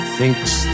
Thinks